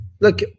Look